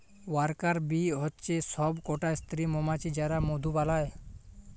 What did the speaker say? worker bee হচ্যে সব কটা স্ত্রী মমাছি যারা মধু বালায়